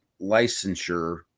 licensure